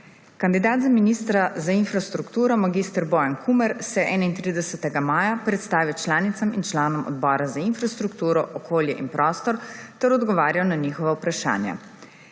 Kandidat za ministra za infrastrukturo mag. Bojan Kumer se je 31. maja 2022 predstavil članicam in članom Odbora za infrastrukturo, okolje in prostor ter odgovarjal na njihova vprašanja.